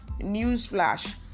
newsflash